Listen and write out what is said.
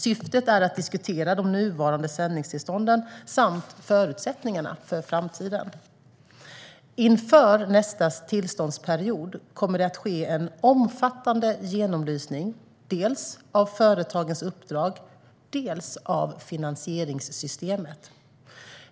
Syftet är att diskutera de nuvarande sändningstillstånden samt förutsättningarna för framtiden. Inför nästa tillståndsperiod kommer det att ske en omfattande genomlysning dels av företagens uppdrag, dels av finansieringssystemet.